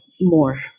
more